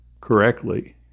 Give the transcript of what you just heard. correctly